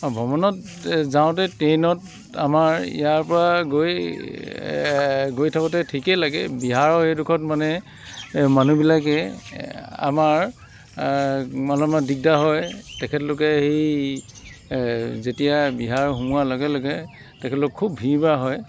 ভ্ৰমণত যাওঁতে ট্ৰেইনত আমাৰ ইয়াৰ পৰা গৈ গৈ থাকোঁতে ঠিকেই লাগে বিহাৰৰ এইডখৰত মানে মানুহবিলাকে আমাৰ অলপমান দিগদাৰ হয় তেখেতলোকে এই যেতিয়া বিহাৰ সোমোৱা লগে লগে তেখেতলোক খুব ভিৰ ভাৰ হয়